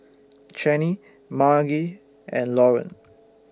Chanie Margie and Lauren